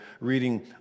reading